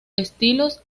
estilos